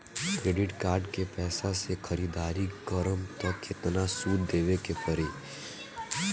Credit card के पैसा से ख़रीदारी करम त केतना सूद देवे के पड़ी?